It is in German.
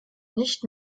nicht